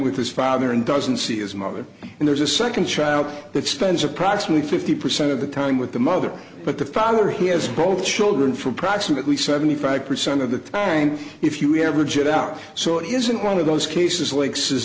with his father and doesn't see his mother and there's a second child that spends approximately fifty percent of the time with the mother but the father he has both children for approximately seventy five percent of the time if you average it out so it isn't one of those cases like says